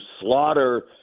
slaughter